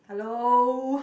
hello